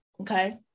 Okay